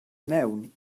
mewn